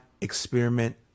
experiment